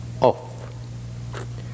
off